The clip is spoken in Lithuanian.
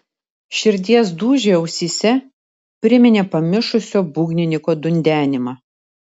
širdies dūžiai ausyse priminė pamišusio būgnininko dundenimą